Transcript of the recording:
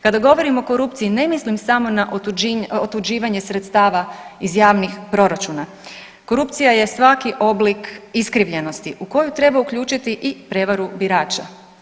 Kada govorim o korupciji ne mislim samo na otuđivanje sredstava iz javnih proračuna, korupcija je svaki oblik iskrivljenosti u koju treba uključiti i prevaru birača.